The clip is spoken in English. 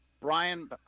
Brian